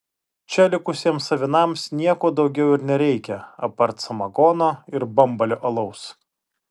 čia likusiems avinams nieko daugiau ir nereikia apart samagono ir bambalio alaus